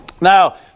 Now